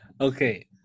Okay